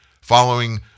following